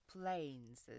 planes